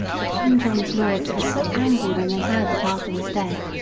but king john's lords were so angry when they heard that arthur was dead,